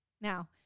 Now